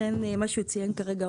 מה שהוא ציין כרגע,